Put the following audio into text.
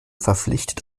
verpflichtet